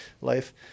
life